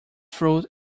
fruit